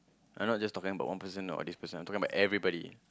I'm not just talking about one person or this person I'm talking about everybody